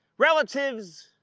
relatives,